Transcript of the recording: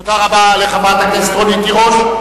תודה רבה לחברת הכנסת רונית תירוש.